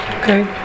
Okay